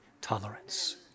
tolerance